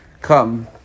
come